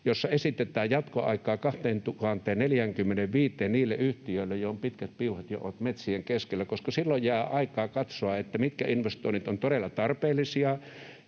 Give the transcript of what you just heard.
jossa esitetään jatkoaikaa 2045:een niille yhtiöille, joilla on pitkät piuhat ja jotka ovat metsien keskellä, koska silloin jää aikaa katsoa, mitkä investoinnit ovat todella tarpeellisia